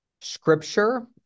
scripture